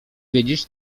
wiedzieć